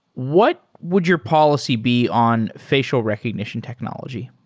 what would your policy be on facial recognition technology?